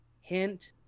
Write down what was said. hint